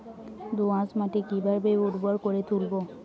দোয়াস মাটি কিভাবে উর্বর করে তুলবো?